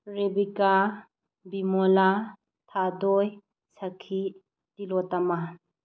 ꯔꯦꯕꯤꯀꯥ ꯕꯤꯃꯣꯂꯥ ꯊꯥꯗꯣꯏ ꯁꯈꯤ ꯇꯤꯂꯣꯇꯥꯃꯥ